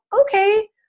okay